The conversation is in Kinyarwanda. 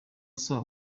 asaba